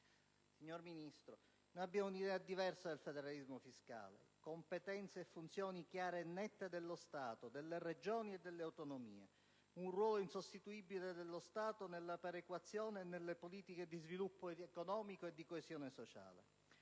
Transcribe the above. Signor Ministro, noi abbiamo un'idea diversa del federalismo fiscale: competenze e funzioni chiare e nette dello Stato, delle Regioni e delle autonomie; un ruolo insostituibile dello Stato nella perequazione e nelle politiche di sviluppo economico e di coesione sociale.